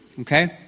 okay